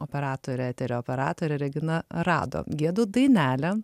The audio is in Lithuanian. operatorė eterio operatorė regina rado giedu dainelę